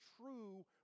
true